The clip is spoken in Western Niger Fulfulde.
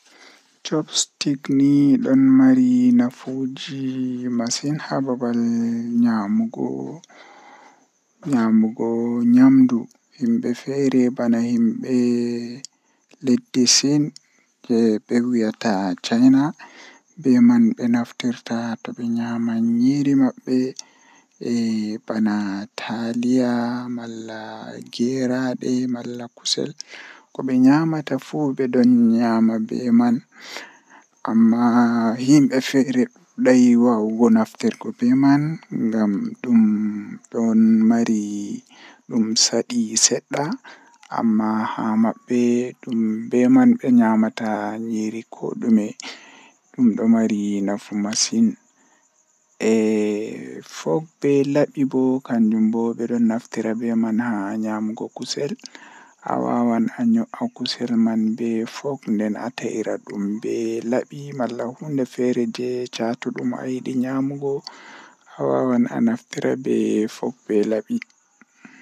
Ko allah arti windi fe'an do doole ko ayidi ko ayida fe'an seini woodi ko awawata wadugo ngam to hunde man wari a anda no hoyintama malla a anda no atokkirta be mai doole on to allah arti windi do doole dum wada.